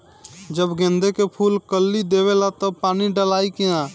जब गेंदे के फुल कली देवेला तब पानी डालाई कि न?